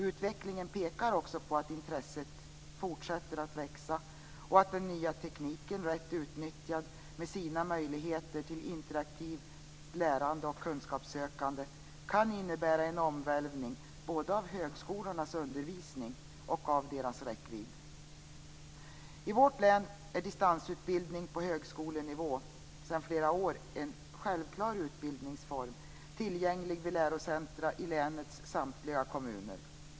Utvecklingen pekar också på att intresset fortsätter att växa och att den nya tekniken rätt utnyttjad med sina möjligheter till interaktivt lärande och kunskapssökande kan innebära en omvälvning både av högskolornas undervisning och av deras räckvidd. I vårt län är distansutbildning på högskolenivå sedan flera år en självklar utbildningsform, tillgänglig vid lärocentrum i länets samtliga kommuner.